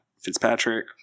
Fitzpatrick